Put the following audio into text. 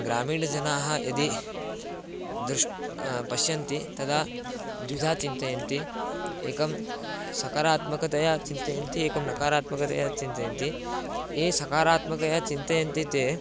ग्रामीणजनाः यदि दृष्टं पश्यन्ति तदा द्विधा चिन्तयन्ति एकं सकारात्मकतया चिन्तयन्ति एकं नकारात्मकतया चिन्तयन्ति ये सकारात्मकया चिन्तयन्ति ते